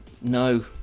No